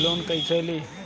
Loan कईसे ली?